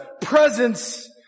presence